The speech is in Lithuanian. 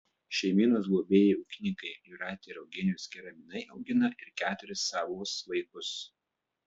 šeimynos globėjai ūkininkai jūratė ir eugenijus keraminai augina ir keturis savus vaikus